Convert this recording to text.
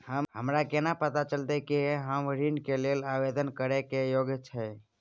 हमरा केना पता चलतई कि हम ऋण के लेल आवेदन करय के योग्य छियै?